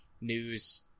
news